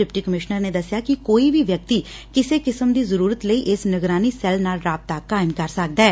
deputy commissioner ੂਨੇ ਦਸਿਆ ਕਿ ਕੋਈ ਵੀ ਵਿਅਕਤੀ ਕਿਸੇ ਕਿਸਮ ਦੀ ਜ਼ਰੂਰਤ ਲਈ ਇਸ ਨਿਗਰਾਨੀ ਸੈਲ ਨਾਲ ਰਾਬਤਾ ਕਾਇਮ ਕਰ ਸਕਦੈ